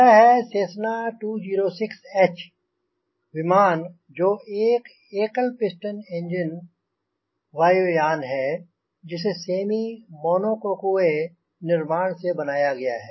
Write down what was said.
यह है Cessna 206 H विमान जो एक एकल पिस्टन एंजिन वायुयान है जिसे सेमी मोनोकोकुए निर्माण से बनाया गया है